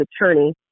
attorney